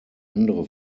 andere